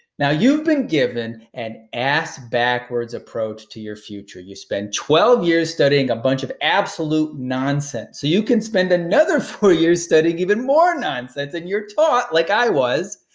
now you've been given and an ass-backwards approach to your future. you spend twelve years studying a bunch of absolute nonsense, so you can spend another four years studying even more nonsense. and you're taught, like i was,